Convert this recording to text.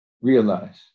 realize